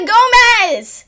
Gomez